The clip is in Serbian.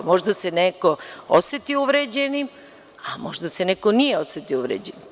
Možda se neko osetio uvređenim, a možda se neko nije osetio uvređenim.